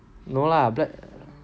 no lah black